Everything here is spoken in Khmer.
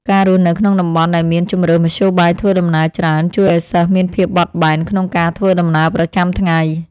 ការរស់នៅក្នុងតំបន់ដែលមានជម្រើសមធ្យោបាយធ្វើដំណើរច្រើនជួយឱ្យសិស្សមានភាពបត់បែនក្នុងការធ្វើដំណើរប្រចាំថ្ងៃ។